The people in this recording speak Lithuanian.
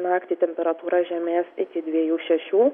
naktį temperatūra žemės iki dviejų šešių